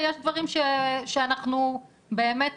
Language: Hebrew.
שיש דברים שאנחנו באמת,